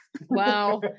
wow